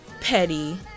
petty